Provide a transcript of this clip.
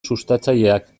sustatzaileak